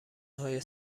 های